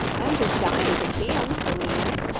i'm just dying to see em, billina,